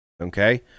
Okay